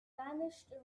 vanished